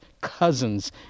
cousins